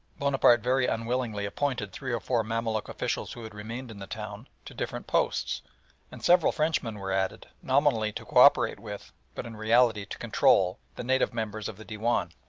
bonaparte very unwillingly appointed three or four mamaluk officials who had remained in the town to different posts and several frenchmen were added, nominally to co-operate with, but in reality to control, the native members of the dewan.